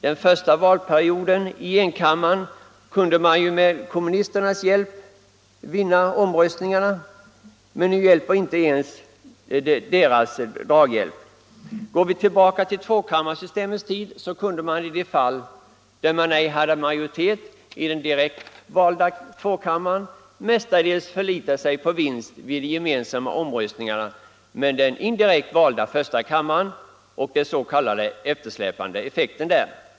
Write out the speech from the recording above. Den första valperioden i enkammaren kunde man ju med kommunisternas hjälp vinna omröstningarna, men nu hjälper inte ens deras draghjälp. Går vi tillbaka till tvåkammarsystemets tid så kunde man i de fall där man ej hade majoritet i den direkt valda andra kammaren mestadels förlita sig på vinst vid de gemensamma omröstningarna med den indirekt valda första kammaren och dess s.k. ”eftersläpande” effekt.